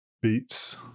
beats